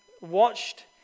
watched